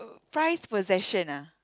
priced possession ah